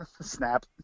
Snap